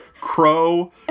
crow